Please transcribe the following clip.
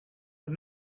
but